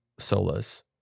solas